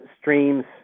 streams